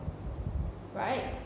right